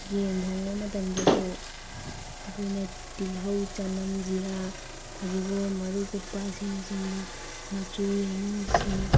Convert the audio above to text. ꯌꯦꯟ ꯊꯣꯡꯕ ꯃꯇꯝꯗꯁꯨ ꯑꯩꯈꯣꯏꯅ ꯇꯤꯜꯍꯧ ꯆꯅꯝ ꯖꯤꯔꯥ ꯐꯗꯤꯒꯣꯝ ꯃꯔꯨ ꯀꯨꯞꯄ ꯑꯁꯤꯅꯆꯤꯡꯕ ꯃꯆꯨ ꯌꯥꯏꯉꯪ ꯁꯤꯡ